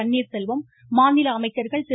பன்னீர் செல்வம் மாநில அமைச்சர்கள் திரு